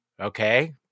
Okay